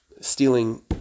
stealing